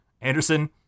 Anderson